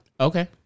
Okay